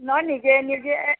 নহয় নিজে নিজে